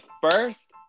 first